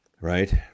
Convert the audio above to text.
right